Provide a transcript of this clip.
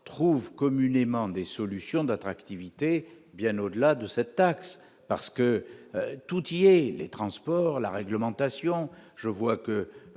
trouve communément des solutions d'attractivité, bien au-delà de cette taxe parce que tout y est : les transports, la réglementation, je vois que